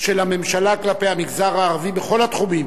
של הממשלה כלפי המגזר הערבי בכל התחומים